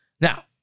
Now